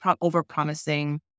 over-promising